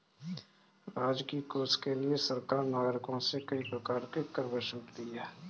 राजकीय कोष के लिए सरकार नागरिकों से कई प्रकार के कर वसूलती है